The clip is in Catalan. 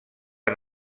han